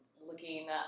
looking